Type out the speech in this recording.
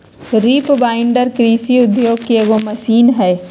reaper binder कृषि उद्योग के एगो मशीन हई